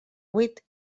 huit